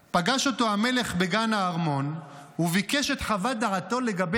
פגש אותו המלך בגן הארמון וביקש את חוות דעתו לגבי,